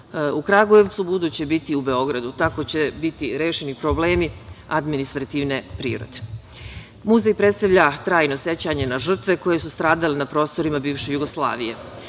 u Kragujevcu buduće biti u Beogradu. Tako će biti rešeni problemi administrativne prirode. Muzej predstavlja trajno sećanje na žrtve koje su stradale na prostorima bivše Jugoslavije.